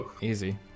Easy